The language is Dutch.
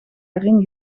erin